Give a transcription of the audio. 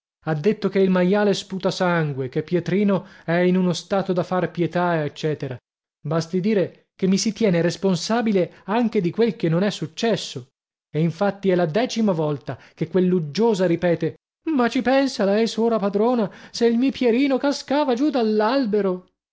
ha detto che il maiale sputa sangue che pietrino è in uno stato da far pietà ecc basti dire che mi si tiene responsabile anche di quel che non è successo e infatti è la decima volta che quell'uggiosa ripete ma ci pensa lei sora padrona se il mi pierino cascava giù